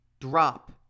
drop